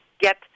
get